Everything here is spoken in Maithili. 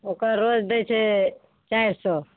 ओकर रोज दै छै चारि सए